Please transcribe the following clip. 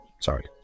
Sorry